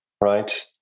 right